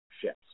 ships